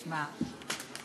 תשמע,